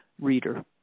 reader